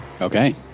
Okay